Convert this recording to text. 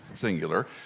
singular